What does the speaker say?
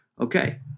Okay